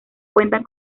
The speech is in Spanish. cuentan